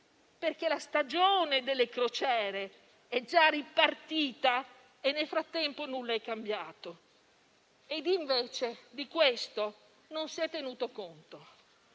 perché la stagione delle crociere è già ripartita e nel frattempo nulla è cambiato. Invece di questo non si è tenuto conto.